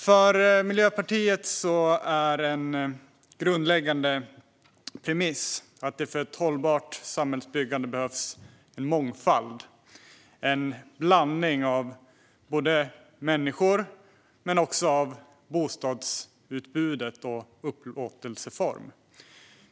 För Miljöpartiet är en grundläggande premiss att det för ett hållbart samhällsbyggande behövs en mångfald, en blandning av människor och också när det gäller bostadsutbud och upplåtelseformer.